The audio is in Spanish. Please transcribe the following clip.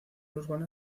urbana